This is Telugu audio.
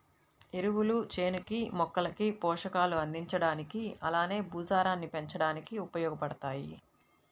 ఎరువులు చేనుకి, మొక్కలకి పోషకాలు అందించడానికి అలానే భూసారాన్ని పెంచడానికి ఉపయోగబడతాయి